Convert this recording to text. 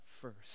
first